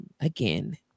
again